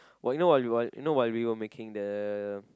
you know you know while we were making the